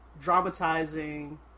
dramatizing